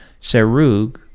Serug